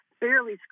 barely